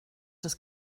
das